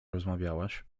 rozmawiałaś